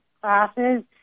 classes